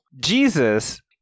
Jesus